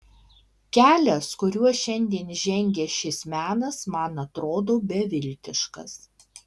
kelias kuriuo šiandien žengia šis menas man atrodo beviltiškas